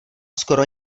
skoro